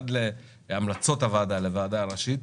עד להמלצות הוועדה לוועדה הראשית,